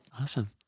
Awesome